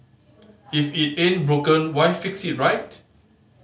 if it ain't broken why fix it right